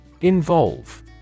INVOLVE